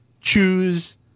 choose